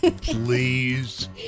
please